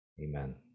Amen